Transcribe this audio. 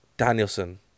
Danielson